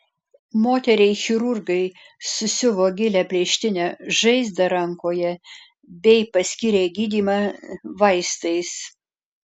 moteriai chirurgai susiuvo gilią plėštinę žaizdą rankoje bei paskyrė gydymą vaistais